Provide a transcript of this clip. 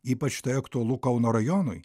ypač tai aktualu kauno rajonui